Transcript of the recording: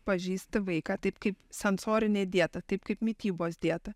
pažįsti vaiką taip kaip sensorinė dieta taip kaip mitybos dieta